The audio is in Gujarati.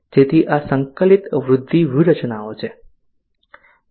જેથી આ સંકલિત વૃદ્ધિ વ્યૂહરચનાઓ છે